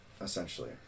essentially